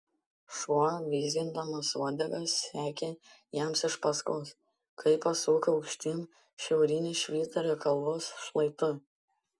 šuo vizgindamas uodega sekė jiems iš paskos kai pasuko aukštyn šiauriniu švyturio kalvos šlaitu